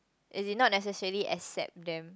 as in not necessarily accept them